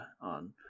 on